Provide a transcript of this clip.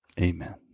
amen